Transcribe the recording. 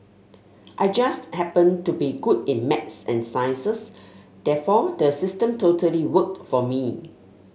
I just happened to be good in maths and sciences therefore the system totally worked for me